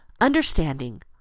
understanding